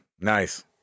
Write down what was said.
Nice